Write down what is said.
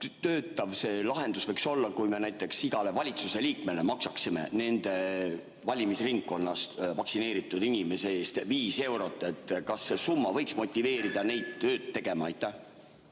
töötav lahendus, kui me näiteks igale valitsuse liikmele maksaksime iga nende valimisringkonnas vaktsineeritud inimese eest viis eurot? Kas see summa võiks neid motiveerida tööd tegema?